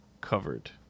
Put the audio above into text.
covered